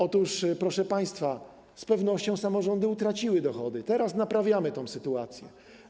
Otóż, proszę państwa, z pewnością samorządy utraciły dochody, a teraz naprawiamy tę sytuację.